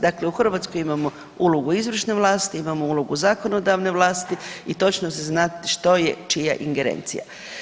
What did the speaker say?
Dakle u Hrvatskoj imamo ulogu izvršne vlasti, imamo ulogu zakonodavne vlasti i točno se zna što je čija ingerencija.